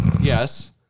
yes